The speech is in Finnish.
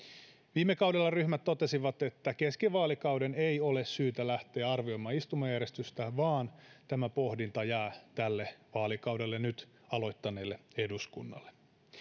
viime kaudella ryhmät totesivat että kesken vaalikauden ei ole syytä lähteä arvioimaan istumajärjestystä vaan tämä pohdinta jää tälle vaalikaudelle nyt aloittaneelle eduskunnalle